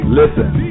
listen